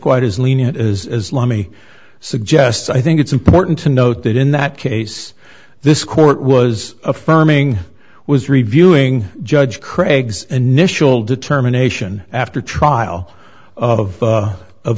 quite as lenient islami suggests i think it's important to note that in that case this court was affirming was reviewing judge craig's initial determination after trial of